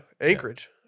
Anchorage